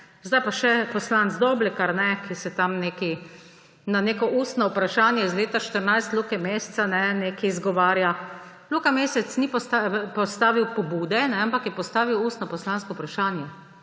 Zdaj pa še poslanec Doblekar, ki se na neko ustno vprašanje Luka Mesca iz leta 2014 nekaj izgovarja. Luka Mesec ni postavil pobude, ampak je postavil ustno poslansko vprašanje,